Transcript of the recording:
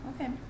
Okay